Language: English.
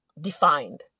defined